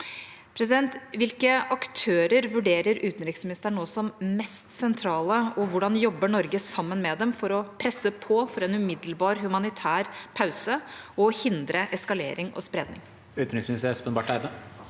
Hvilke aktører vurderer utenriksministeren nå som mest sentrale, og hvordan jobber Norge sammen med dem for å presse på for en umiddelbar humanitær pause og for å hindre eskalering og spredning?